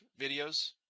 videos